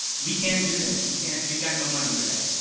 we can't do that, we can't, we've got no money for that.